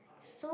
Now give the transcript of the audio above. so it's